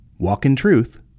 walkintruth